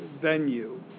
venue